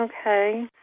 Okay